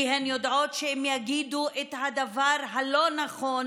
כי הן יודעות שאם יגידו את הדבר הלא-נכון,